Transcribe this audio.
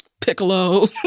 piccolo